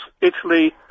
Italy